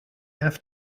have